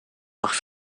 nach